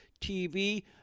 TV